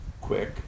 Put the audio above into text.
quick